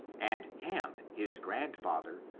and ham, his grand father,